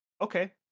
okay